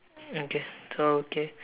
okay so okay